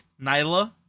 Nyla